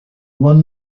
one